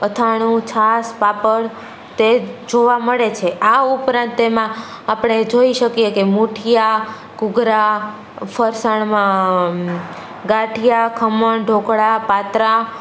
અથાણું છાશ પાપડ તે જોવા મળે છે આ ઉપરાંત તેમાં આપણે જોઈ શકીએ કે મુઠીયા ઘૂઘરા ફરસાણમાં ગાંઠિયા ખમણ ઢોકળા પાતરા